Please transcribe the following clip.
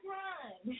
time